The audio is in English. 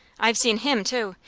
i've seen him, too.